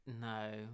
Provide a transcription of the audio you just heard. No